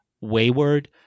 wayward